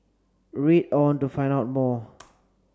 read on to find out more